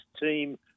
team